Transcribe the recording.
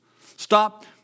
Stop